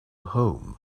home